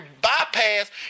bypass